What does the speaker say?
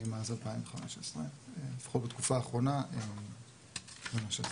מאז 2015. לפחות בתקופה האחרונה זה מה שעשינו.